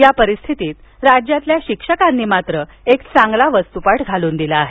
या परिस्थितीत राज्यातल्या शिक्षकांनी मात्र एक चांगला वस्तूपाठ घालून दिला आहे